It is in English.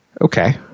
Okay